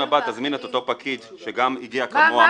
הבא תזמין את אותו פקיד שגם הגיע כמוה,